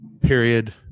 period